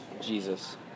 Jesus